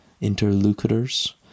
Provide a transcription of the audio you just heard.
interlocutors